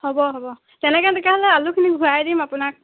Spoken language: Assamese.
হ'ব হ'ব তেনেকৈ তেতিয়াহ'লে আলুখিনি ঘূৰাই দিম আপোনাক